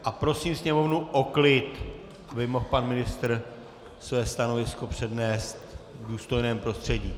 A prosím Sněmovnu o klid, aby mohl pan ministr své stanovisko přednést v důstojném prostředí.